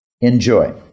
enjoy